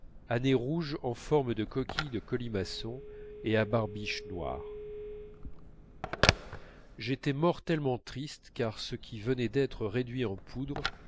nez rouge en forme de coquille de colimaçon et à barbiche noire j'étais mortellement triste car ce qui venait d'être réduit en poudre